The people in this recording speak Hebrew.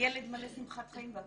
ילד מלא שמחת חיים.